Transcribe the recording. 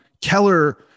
Keller